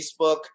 Facebook